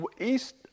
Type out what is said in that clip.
East